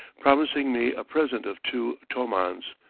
promising me a present of two tomans.